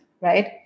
right